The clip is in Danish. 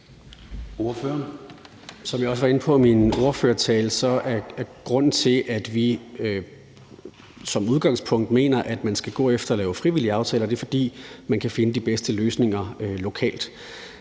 Som jeg også var inde på i min ordførertale, er grunden til, at vi som udgangspunkt mener man skal gå efter at lave frivillige aftaler, at man kan finde de bedste løsninger lokalt,